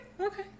okay